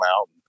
out